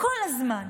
כל הזמן,